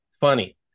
funny